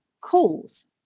calls